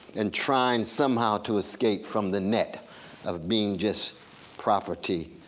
and trying somehow to escape from the net of being just property